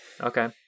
Okay